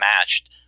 matched